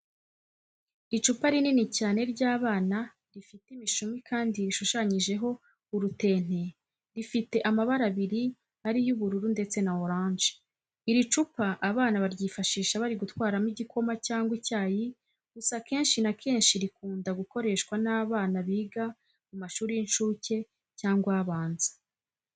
Icupa rinini cyane ry'abana rifite imishumi kandi rishushanyijeho urutente, rifite amabara abiri ari yo ubururu ndetse na oranje. Iri cupa abana baryifashisha bari gutwaramo igikoma cyangwa icyayi, gusa akenshi na kenshi rikunda gukoreshwa n'abana biga mu mashuri y'inshuke cyangwa abanza.